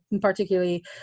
particularly